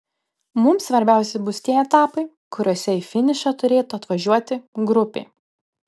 mums svarbiausi bus tie etapai kuriuose į finišą turėtų atvažiuoti grupė